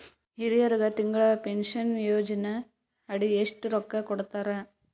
ಹಿರಿಯರಗ ತಿಂಗಳ ಪೀನಷನಯೋಜನ ಅಡಿ ಎಷ್ಟ ರೊಕ್ಕ ಕೊಡತಾರ?